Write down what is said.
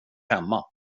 hemma